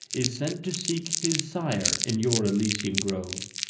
is sent to seek his sire in your elysian grove.